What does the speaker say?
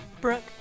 Brooke